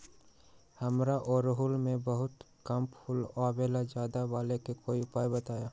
हमारा ओरहुल में बहुत कम फूल आवेला ज्यादा वाले के कोइ उपाय हैं?